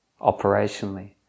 operationally